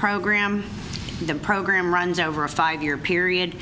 program the program runs over a five year period